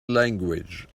language